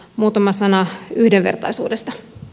muutama sana yhdenvertaisuudesta